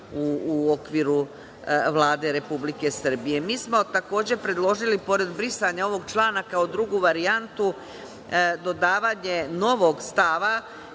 u okviru Vlade Republike Srbije. Mi smo, takođe, predložili, pored brisanja ovog člana, kao drugu varijantu dodavanje novog stava,